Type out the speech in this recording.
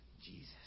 Jesus